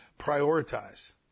prioritize